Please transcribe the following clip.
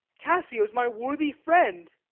cassio's my worthy friend